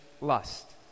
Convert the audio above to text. lust